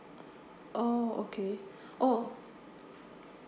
oh okay oh